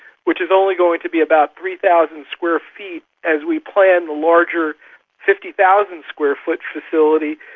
which is only going to be about three thousand square feet, as we plan the larger fifty thousand square foot facility,